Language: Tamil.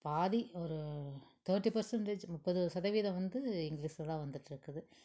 பாதி ஒரு தேர்ட்டி பர்சென்ட்டேஜ் முப்பது சதவீதம் வந்து இங்கிலீஷாக தான் வந்துட்டுருக்குது